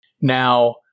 Now